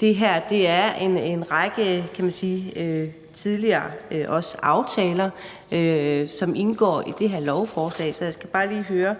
det her også er en række, kan man sige, tidligere aftaler, som indgår i det her lovforslag, så jeg skal bare lige høre: